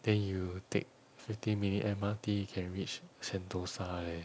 then you take fifteen minute M_R_T can reach sentosa leh